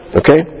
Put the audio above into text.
okay